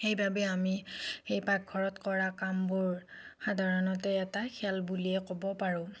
সেইবাবে আমি সেই পাকঘৰত কৰা কামবোৰ সাধাৰণতে এটা খেল বুলিয়েই ক'ব পাৰোঁ